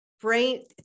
brain